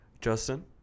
Justin